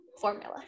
formula